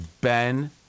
Ben